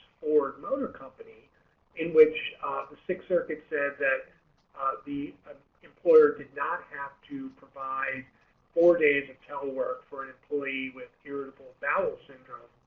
ford motor company in which the sixth circuit said that the um employer did not have to provide four days of telework for an employee with irritable bowel syndrome